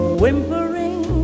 whimpering